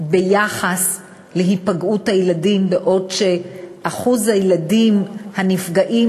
ביחס להיפגעות הילדים: בעוד אחוז הילדים הנפגעים